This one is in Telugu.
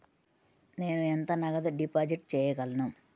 నేను ఎంత నగదు డిపాజిట్ చేయగలను?